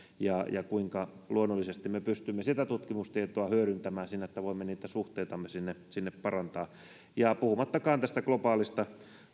ja luonnollisesti kuinka me pystymme sitä tutkimustietoa hyödyntämään siinä että voimme niitä suhteitamme sinne sinne parantaa puhumattakaan globaalista